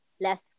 less